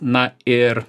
na ir